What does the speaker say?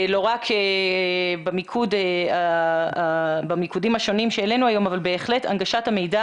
לא רק במיקודים השונים שהעלינו היום אבל בהחלט הנגשת המידע